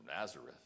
Nazareth